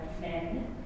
men